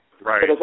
Right